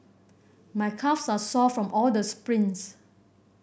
my calves are sore from all the sprints